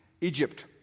Egypt